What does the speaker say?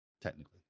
technically